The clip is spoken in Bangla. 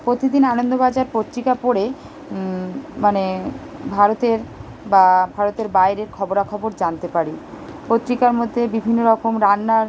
প্রতিদিন আনন্দবাজার পত্রিকা পড়ে মানে ভারতের বা ভারতের বাইরের খবরাখবর জানতে পারি পত্রিকার মধ্যে বিভিন্ন রকম রান্নার